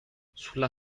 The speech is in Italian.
sulla